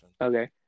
Okay